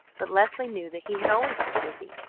but leslie knew that he had always been busy,